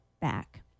back